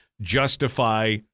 justify